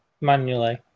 manually